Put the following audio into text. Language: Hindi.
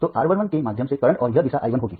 तो R 1 1 के माध्यम से करंट और यह दिशा i 1 होगी